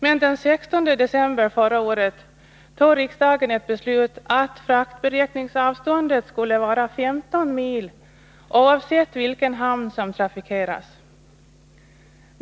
Men den 16 december förra året fattade riksdagen ett beslut om att fraktberäkningsavståndet skulle vara 15 mil, oavsett vilken hamn som trafikerades.